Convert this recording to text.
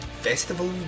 festival